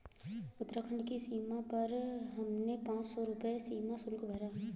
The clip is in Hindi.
उत्तराखंड की सीमा पर हमने पांच सौ रुपए सीमा शुल्क भरा